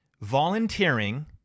volunteering